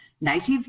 native